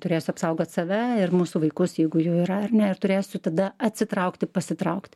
turės apsaugot save ir mūsų vaikus jeigu jų yra ar ne turėsiu tada atsitraukti pasitraukti